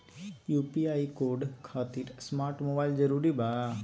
UPI code खातिर smart mobile जरूरी बा?